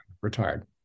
Retired